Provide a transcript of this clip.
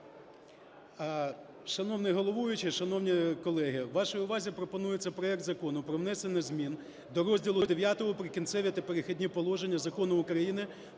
Шановний головуючий, шановні колеги! Вашій увазі пропонується проект Закону про внесення змін до розділу ІХ "Прикінцеві та перехідні положення" Закону України